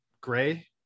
gray